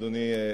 אדוני,